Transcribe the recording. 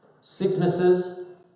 sicknesses